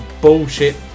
bullshit